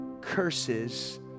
curses